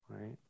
right